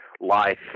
Life